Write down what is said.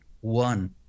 one